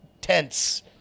tense